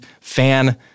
fan